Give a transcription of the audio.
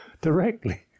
Directly